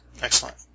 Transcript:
Excellent